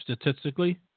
statistically